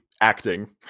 acting